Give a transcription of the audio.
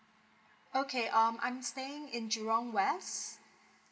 okay um I'm staying in jurong west